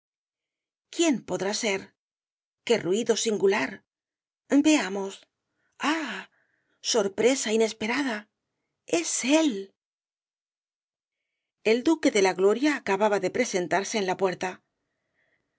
quién podrá ser qué ruido singular veamos ah sorpresa inesperada es él el duque de la gloria acababa de presentarse en la puerta